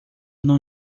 não